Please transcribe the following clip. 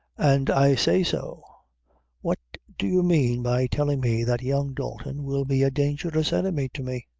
and i say so what do you mean by telling me that young dalton will be a dangerous enemy to me?